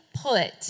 put